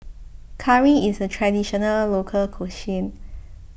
Curry is a Traditional Local Cuisine